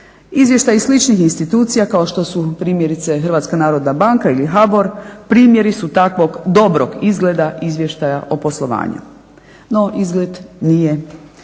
Izvještaji sličnih institucija kao što su primjerice HNB ili HABOR primjeri su takvog dobrog izgleda izvještaja o poslovanju. No, izgled nije